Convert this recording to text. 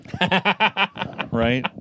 right